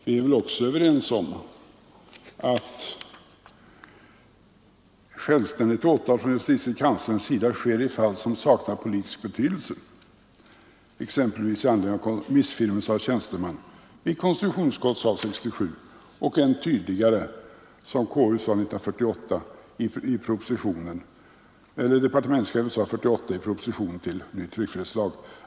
Likaså är vi väl ense om att självständigt åtal från justitiekanslern sker i fall som saknar politisk betydelse, exempelvis i anledning av missfirmelse av tjänsteman, enligt konstitutionsutskottets utlåtande 1967 eller depar tementschefens ännu tydligare uttalande i propositionen 1948 om ny Nr 86 tryckfrihetslag.